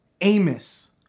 Amos